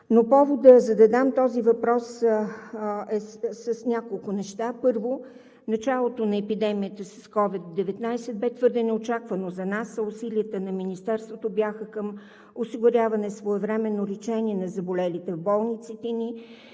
но поводът да задам този въпрос е заради няколко неща. Първо, началото на епидемията с COVID-19 бе твърде неочаквано за нас, а усилията на Министерството бяха към осигуряване своевременно лечение на заболелите в болниците ни,